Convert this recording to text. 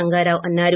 రంగారావు అన్నారు